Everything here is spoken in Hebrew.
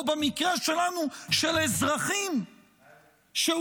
או במקרה שלנו, של אזרחים שהופקרו